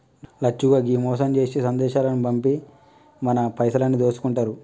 లచ్చిగో ఈ మోసం జేసే సందేశాలు పంపి మన పైసలన్నీ దోసుకుంటారు